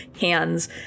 hands